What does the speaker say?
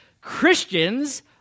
Christians